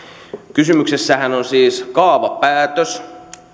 kysymyksessähän on siis kaavapäätös